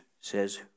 says